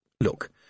Look